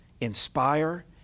Inspire